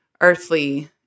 earthly